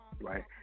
right